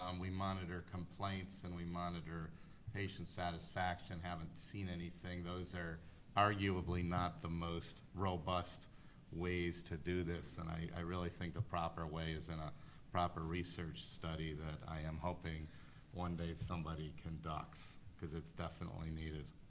um we monitor complaints and we monitor patient satisfaction, haven't seen anything. those are arguably not the most robust ways to do this, and i really think the proper way is in a proper research study that i am hoping one day somebody conducts. cause it's definitely needed.